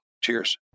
Cheers